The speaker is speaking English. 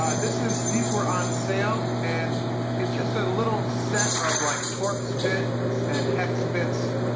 this is, these were on sale and it's just a little set of like torx bits and hex bits,